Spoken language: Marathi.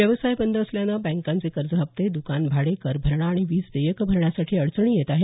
व्यवसाय बंद असल्याने बँकांचे कर्जहप्ते दुकान भाडे कर भरणा आणि वीज देयकं भरण्यासाठी अडचणी येत आहेत